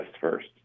first